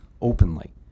openly